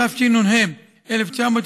התשנ"ה 1994,